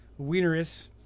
Wieneris